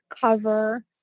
cover